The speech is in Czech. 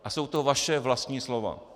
A jsou to vaše vlastní slova.